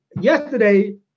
Yesterday